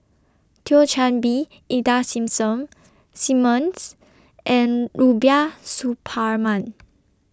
Thio Chan Bee Ida Simmons and Rubiah Suparman